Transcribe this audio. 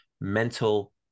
mental